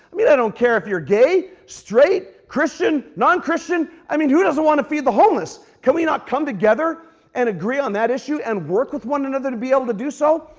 i mean, i don't care if you're gay, straight, christian, non-christian. i mean who doesn't want to feed the homeless? can we not come together and agree on that issue and work with one another to be able to do so?